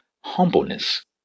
humbleness